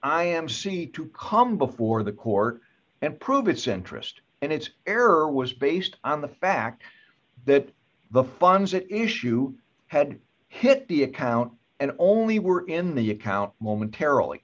c to come before the court and prove its interest and its error was based on the fact that the funds that issue had hit the account and only were in the account momentarily